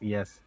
Yes